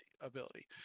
ability